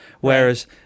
whereas